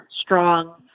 strong